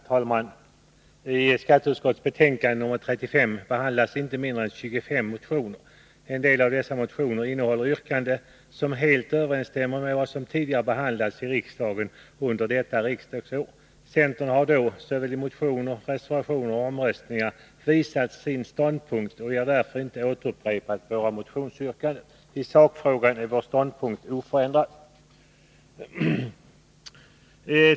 Herr talman! I skatteutskottets betänkande nr 35 behandlas inte mindre än 25 motioner. En del av dessa motioner innehåller yrkanden som helt överensstämmer med förslag som tidigare behandlats i riksdagen under detta riksdagsår. Centern har då — såväl i motioner som i reservationer och omröstningar — redovisat sin ståndpunkt, och vi har därför inte återupprepat våra motionsyrkanden. I sakfrågorna är vår ståndpunkt oförändrad.